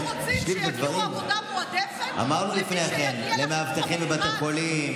אנחנו רוצים שיכירו עבודה מועדפת למי שיגיע לחינוך המיוחד,